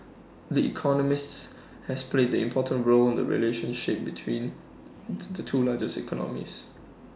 the economist has played an important role in the relationship between the two largest economies